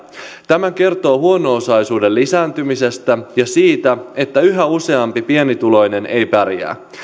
tämä kertoo huono osaisuuden lisääntymisestä ja siitä että yhä useampi pienituloinen ei pärjää